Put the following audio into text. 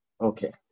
Okay